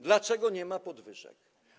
Dlaczego nie ma podwyżek?